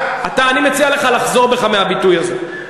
אני מציע לך לחזור בך מהביטוי הזה.